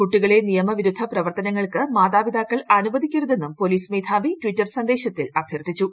കുട്ടികളെ നിയമവിരുദ്ധ പ്രവർത്തനങ്ങൾക്ക് മാതാപിതാക്കൾ അനുവദിക്കരുതെന്നും പോലീസ് മേധാവി ട്വിറ്റർ സന്ദേശത്തിൽ അഭ്യർത്ഥിച്ചു